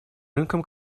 рынкам